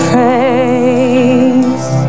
Praise